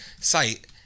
site